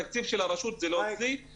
התקציב של הרשות זה לא אצלי,